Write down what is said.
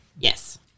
Yes